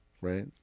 Right